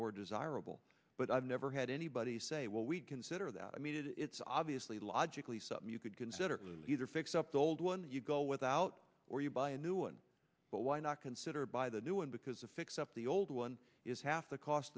more desirable but i've never had anybody say what we consider that i made it's obviously logically something you could consider either fix up the old one you go without or you buy a new and but why not consider buy the new and because the fix up the old one is half the cost